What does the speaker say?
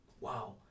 wow